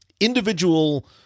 individual